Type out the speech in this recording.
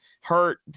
hurt